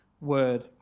word